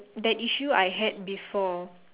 that issue I had before